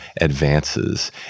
advances